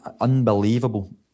unbelievable